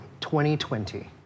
2020